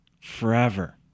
forever